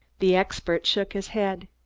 the expert shook his head.